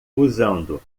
usando